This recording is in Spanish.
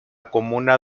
comuna